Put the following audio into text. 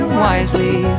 wisely